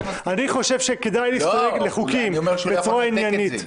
אני חושב שכדאי להסתייג לחוקים בצורה עניינית.